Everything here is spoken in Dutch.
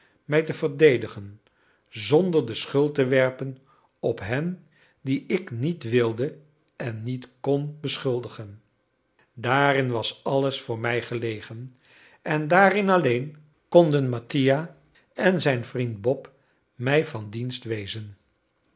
mij te verdedigen zonder de schuld te werpen op hen die ik niet wilde en niet kon beschuldigen daarin was alles voor mij gelegen en daarin alleen konden mattia en zijn vriend bob mij van dienst wezen